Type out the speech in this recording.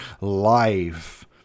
life